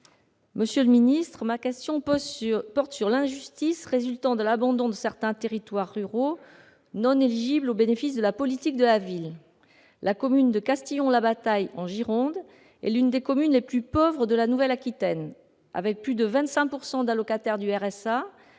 collègues, ma question porte sur l'injustice résultant de l'abandon de certains territoires ruraux non éligibles aux bénéfices de la politique de la ville. La commune de Castillon-la-Bataille, en Gironde, est l'une des communes les plus pauvres de la Nouvelle-Aquitaine : plus de 25 % d'allocataires du RSA,